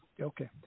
Okay